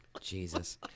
Jesus